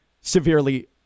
severely